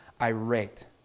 irate